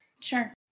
Sure